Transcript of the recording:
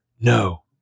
No